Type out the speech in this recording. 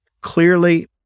clearly